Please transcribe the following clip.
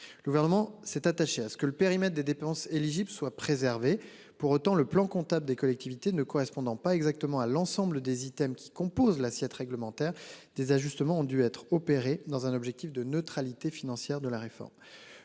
s'est attaché à ce que le périmètre des dépenses éligibles soient préservés pour autant le plan comptable des collectivités ne correspondant pas exactement à l'ensemble des items qui composent l'assiette réglementaire des ajustements ont dû être opérée dans un objectif de neutralité financière de la réforme.